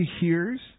hears